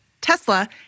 tesla